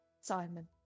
Simon